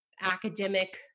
academic